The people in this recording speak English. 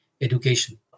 education